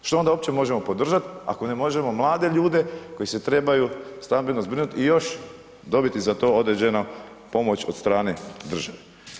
Što onda uopće možemo podržat ako ne možemo mlade ljude koji se trebaju stambeno zbrinut i još dobiti za to određenu pomoć od strane države?